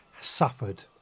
suffered